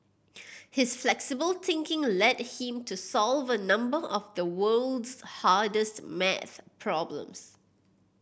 his flexible thinking led him to solve a number of the world's hardest maths problems